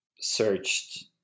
searched